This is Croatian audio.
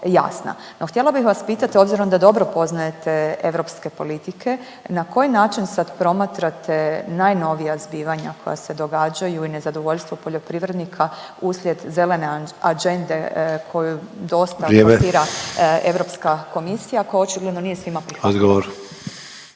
jasna. No htjela bih vas pitati obzirom da dobro poznajete europske politike na koji način sad promatrate najnovija zbivanja koja se događaju i nezadovoljstvo poljoprivrednika uslijed zelene agende koju dosta forsira Europska komisija koja očigledno nije svima prihvatljiva.